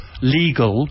legal